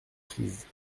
prises